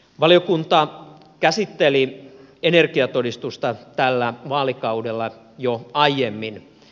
valiokunta käsitteli energiatodistusta tällä vaalikaudella jo aiemmin